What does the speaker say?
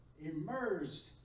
immersed